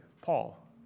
Paul